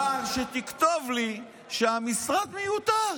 אבל שתכתוב לי שהמשרד מיותר.